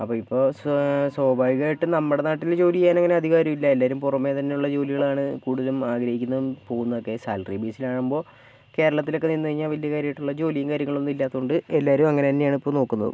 അപ്പം ഇപ്പോൾ സ്വാ സ്വാഭാവികമായിട്ടും നമ്മുടെ നാട്ടില് ജോലി ചെയ്യാൻ അങ്ങനെ അധികം ആരുമില്ല എല്ലാവരും പുറമെ തന്നെയുള്ള ജോലികളാണ് കൂടുതലും ആഗ്രഹിക്കുന്നതും പോകുന്നതുമൊക്കെ സാലറി ബേസിലാകുമ്പോൾ കേരളത്തിലൊക്കെ നിന്ന് കഴിഞ്ഞാൽ വലിയ കാര്യമായിട്ടുള്ള ജോലിയും കാര്യങ്ങളൊന്നും ഇല്ലാത്തത് കൊണ്ട് എല്ലാവരും അങ്ങനെ തന്നെയാണ് ഇപ്പം നോക്കുന്നതും